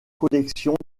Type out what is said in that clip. collections